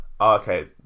okay